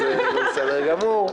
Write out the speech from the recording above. אז זה בסדר גמור.